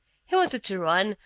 he wanted to run,